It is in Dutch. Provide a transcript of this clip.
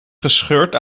gescheurd